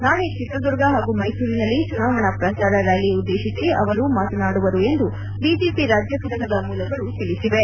ನಾಳೆ ಚಿತ್ರದುರ್ಗ ಹಾಗೂ ಮೈಸೂರಿನಲ್ಲಿ ಚುನಾವಣಾ ಪ್ರಚಾರ ರ್ನಾಲಿ ಉದ್ಲೇತಿಸಿ ಅವರು ಮಾತನಾಡುವರು ಎಂದು ಬಿಜೆಪಿ ರಾಜ್ಯ ಫಟಕದ ಮೂಲಗಳು ತಿಳಿಸಿವೆ